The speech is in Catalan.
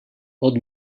pot